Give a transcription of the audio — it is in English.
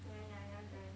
yeah yeah I never join